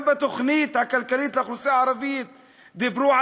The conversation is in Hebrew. גם בתוכנית הכלכלית לאוכלוסייה הערבית דיברו,